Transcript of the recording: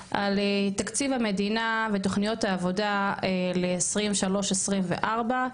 על תקציב המדינה ותוכניות העבודה ל-2023 2024,